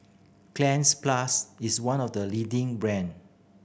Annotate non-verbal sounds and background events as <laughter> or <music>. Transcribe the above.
<unintelligible> plus is one of the leading brand